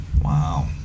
Wow